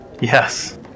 Yes